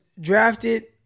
drafted